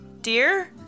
dear